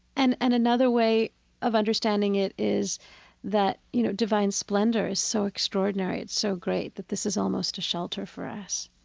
and and another way of understanding it is that, you know, divine splendor is so extraordinary, it's so great, that this is almost a shelter for us.